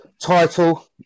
title